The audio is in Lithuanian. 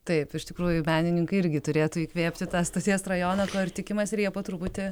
taip iš tikrųjų menininkai irgi turėtų įkvėpti tą stoties rajoną ko ir tikimasi ir jie po truputį